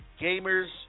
gamers